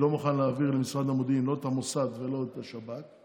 לא מוכן להעביר למשרד המודיעין לא את המוסד ולא את השב"כ.